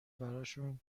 براشون